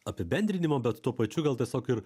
apibendrinimo bet tuo pačiu gal tiesiog ir